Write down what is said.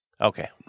Okay